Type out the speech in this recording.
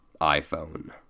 iPhone